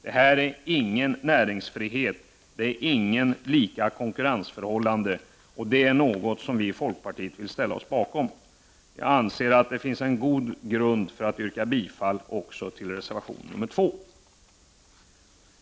Detta är inte uttryck för näringsfrihet och lika konkurrensförhållanden och inget som vi i folkpartiet vill ställa oss bakom. Jag anser att det finns en god grund för att yrka bifall också till reservation nr 2.